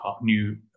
new